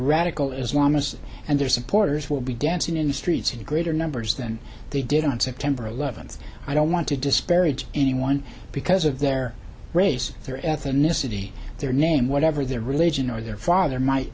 radical islamists and their supporters will be dancing in the streets in greater numbers than they did on september eleventh i don't want to disparage anyone because of their race their ethnicity their name one over their religion or their father my